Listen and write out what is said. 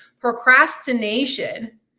procrastination